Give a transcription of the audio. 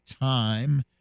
time